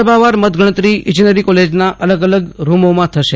વિધાન સભવાર મત ગણતરી ઈજનેરી કોલેજના અલગ અલગ રૂમોમાં થશે